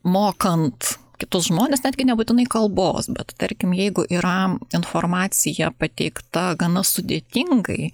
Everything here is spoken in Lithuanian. mokant kitus žmones netgi nebūtinai kalbos bet tarkim jeigu yra informacija pateikta gana sudėtingai